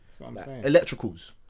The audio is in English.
Electricals